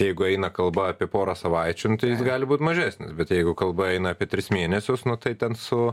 jeigu eina kalba apie porą savaičių jis gali būt mažesnis bet jeigu kalba eina apie tris mėnesius nu tai ten su